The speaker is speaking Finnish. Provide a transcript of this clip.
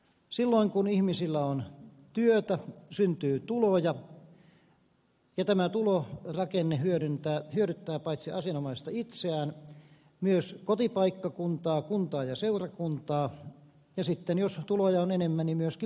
silloin kun ihmisillä on työtä syntyy tuloja ja tämä tulorakenne hyödyttää paitsi asianomaista itseään myös kotipaikkakuntaa kuntaa ja seurakuntaa ja sitten jos tuloja on enemmän myöskin valtiota